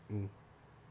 mm